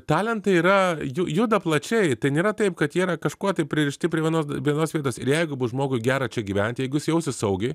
talentai yra juda plačiai tai nėra taip kad jie yra kažkuo tai pririšti prie vienos vienos vietos ir jeigu bus žmogui gera čia gyventi jeigu jis jausis saugiai